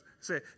say